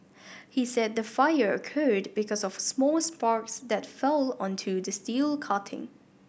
he said the fire occurred because of small sparks that fell onto the steel cutting